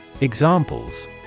Examples